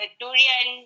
durian